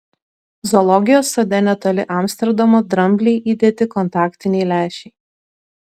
zoologijos sode netoli amsterdamo dramblei įdėti kontaktiniai lęšiai